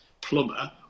plumber